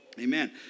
Amen